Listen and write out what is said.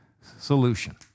solution